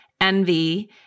envy